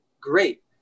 great